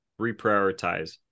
reprioritize